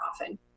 often